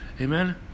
Amen